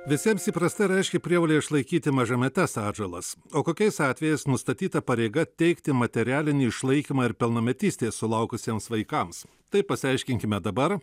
visiems įprasta ir aiški prievolė išlaikyti mažametes atžalas o kokiais atvejais nustatyta pareiga teikti materialinį išlaikymą ir pilnametystės sulaukusiems vaikams tai pasiaiškinkime dabar